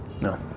No